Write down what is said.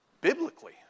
biblically